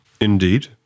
Indeed